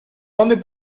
dónde